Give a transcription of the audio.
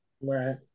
Right